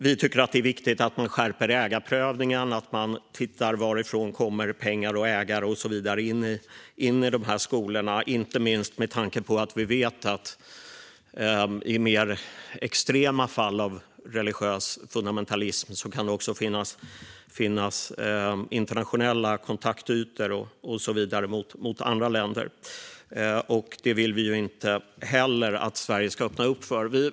Vi tycker att det är viktigt att man skärper ägarprövningen och att man tittar på varifrån pengar och ägare kommer när det gäller dessa skolor, inte minst med tanke på att vi vet att det i mer extrema fall av religiös fundamentalism kan finnas internationella kontaktytor mot andra länder. Det vill vi inte att Sverige ska öppna för.